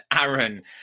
aaron